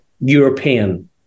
European